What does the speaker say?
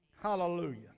Hallelujah